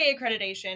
accreditation